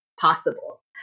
possible